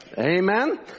amen